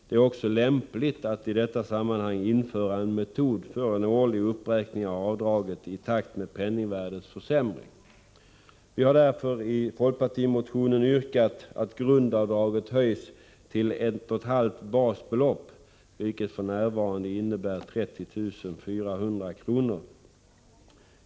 Det är också lämpligt att i detta sammanhang införa en metod för en årlig uppräkning av avdraget, i takt med penningvärdets försämring. Vi i folkpartiet har därför i vår motion yrkat att grundavdraget höjs till 1,5 basbelopp, vilket f.n. motsvarar 30 400 kr.